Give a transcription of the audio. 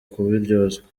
kubiryozwa